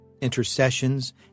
intercessions